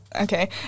okay